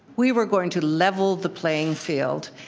we were going to level the playing field.